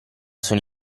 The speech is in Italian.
sono